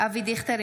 אבי דיכטר,